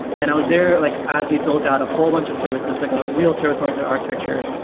and i was there like as we built out a whole bunch of services, like a real service-or iented architecture.